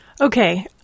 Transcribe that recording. Okay